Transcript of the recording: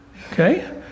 okay